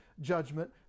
judgment